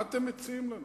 מה אתם מציעים לנו,